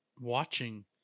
watching